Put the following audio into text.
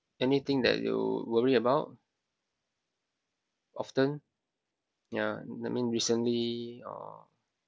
anything that you worry about often yeah I mean recently or